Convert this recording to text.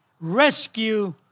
rescue